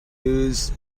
news